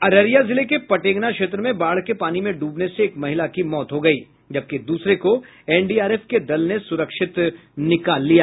अररिया जिले के पटेगना क्षेत्र में बाढ़ के पानी में डूबने से एक महिला की मौत हो गयी जबकि दूसरे को एनडीआरएफ के दल ने सुरक्षित निकाल लिया